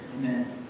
amen